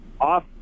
off